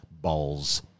balls